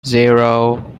zero